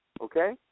okay